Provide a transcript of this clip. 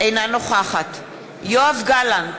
אינה נוכחת יואב גלנט,